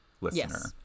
listener